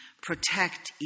protect